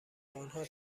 آنها